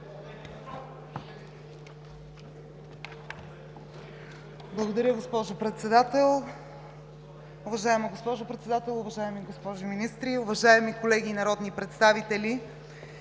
Благодаря, госпожо Председател. Уважаема госпожо Председател, уважаеми госпожи министри, уважаеми колеги народни представители!